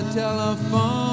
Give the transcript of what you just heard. telephone